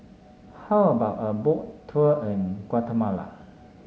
how about a Boat Tour in Guatemala